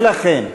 לכן,